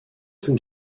sind